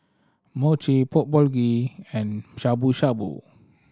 Mochi Pork Bulgogi and Shabu Shabu